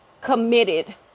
committed